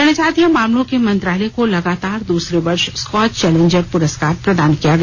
जनजातीय मामलों के मंत्रालय को लगातार दूसरे वर्श स्कॉच चैलेंजर पुरस्कार प्रदान किया गया